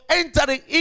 entering